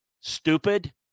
stupid